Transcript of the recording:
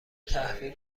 تحویل